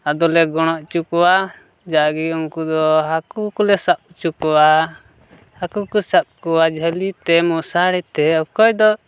ᱟᱫᱚ ᱞᱮ ᱜᱚᱲᱚ ᱦᱚᱪᱚ ᱠᱚᱣᱟ ᱡᱟ ᱜᱮ ᱩᱱᱠᱩ ᱫᱚ ᱦᱟᱹᱠᱩ ᱠᱚᱞᱮ ᱥᱟᱵ ᱦᱚᱪᱚ ᱠᱚᱣᱟ ᱦᱟᱹᱠᱩ ᱥᱟᱵ ᱠᱚᱣᱟ ᱡᱷᱟᱹᱞᱤᱛᱮ ᱢᱚᱥᱟᱨᱤᱛᱮ ᱚᱠᱚᱭ ᱫᱚ